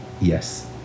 Yes